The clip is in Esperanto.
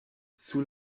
sur